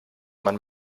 man